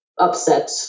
upset